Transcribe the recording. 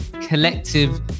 collective